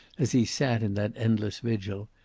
as he sat in that endless vigil,